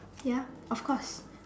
ya of course